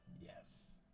Yes